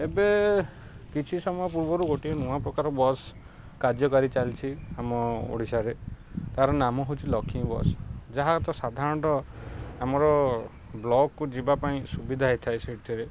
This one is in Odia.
ଏବେ କିଛି ସମୟ ପୂର୍ବରୁ ଗୋଟିଏ ନୂଆ ପ୍ରକାର ବସ୍ କାର୍ଯ୍ୟକାରୀ ଚାଲିଛି ଆମ ଓଡ଼ିଶାରେ ତା'ର ନାମ ହେଉଛି ଲକ୍ଷ୍ମୀ ବସ୍ ଯାହା ତ ସାଧାରଣତଃ ଆମର ବ୍ଲକ୍କୁ ଯିବା ପାଇଁ ସୁବିଧା ହେଇଥାଏ ସେଇଥିରେ